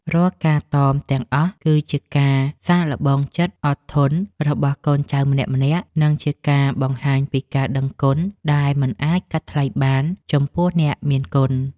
រាល់ការតមទាំងអស់គឺជាការសាកល្បងចិត្តអត់ធន់របស់កូនចៅម្នាក់ៗ និងជាការបង្ហាញពីការដឹងគុណដែលមិនអាចកាត់ថ្លៃបានចំពោះអ្នកមានគុណ។